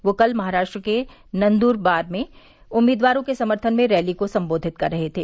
वे कल महाराष्ट्र के नंद्रवार में उम्मीदवारों के सम्थन में रैली को सम्बोधित कर रहे थे